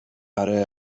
اره